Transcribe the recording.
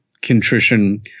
contrition